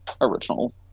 original